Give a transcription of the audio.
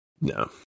No